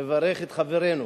מברך את חברנו